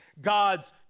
God's